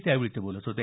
त्यावेळी ते बोलत होते